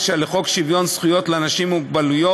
לחוק שוויון זכויות לאנשים עם מוגבלות.